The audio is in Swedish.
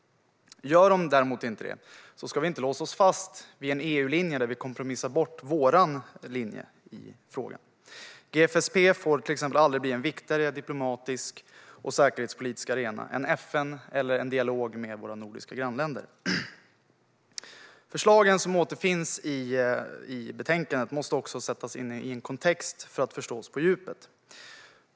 Har de däremot inte det ska vi inte låsa oss fast vid en EU-linje där vi kompromissar bort vår linje i frågan. GSFP får till exempel aldrig bli en viktigare diplomatisk och säkerhetspolitisk arena än FN eller en dialog med våra nordiska grannländer. Förslagen som återfinns i betänkandet måste också sättas in i en kontext för att förstås på djupet.